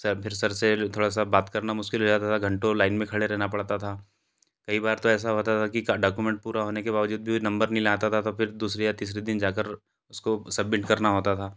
sir फिर sir से थोड़ा बात करना मुश्किल हो जाता था घंटो लाइन में खड़े रहना पड़ता था कई बार तो ऐसा होता था कि डॉकुमेंट पूरा होने के बावजूद भी वह नम्बर नहीं आता था तो फिर दूसरे या तीसरे दिन जाकर उसको सबमिट करना होता था